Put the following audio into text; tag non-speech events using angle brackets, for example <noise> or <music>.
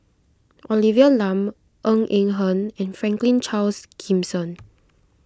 Olivia Lum Ng Eng Hen and Franklin Charles Gimson <noise>